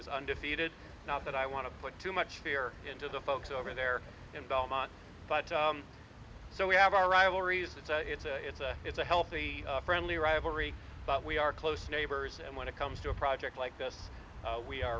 is undefeated not that i want to put too much fear into the folks over there in belmont but so we have our rivalries it's a it's a it's a it's a healthy friendly rivalry but we are close neighbors and when it comes to a project like this